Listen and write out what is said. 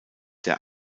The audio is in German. der